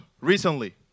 recently